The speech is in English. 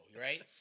right